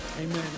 amen